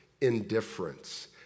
Indifference